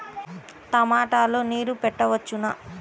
టమాట లో నీరు పెట్టవచ్చునా?